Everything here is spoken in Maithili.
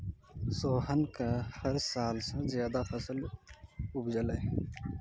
सोहन कॅ हर साल स ज्यादा फसल उपजलै